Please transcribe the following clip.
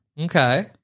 Okay